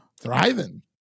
thriving